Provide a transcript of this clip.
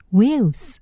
Wheels